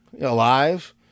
Alive